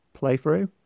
playthrough